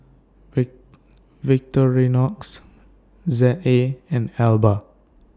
V Victorinox Z A and Alba